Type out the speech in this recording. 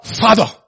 father